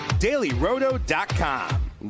dailyroto.com